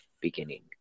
beginning